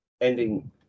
ending